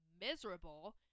miserable